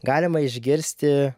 galima išgirsti